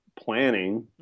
planning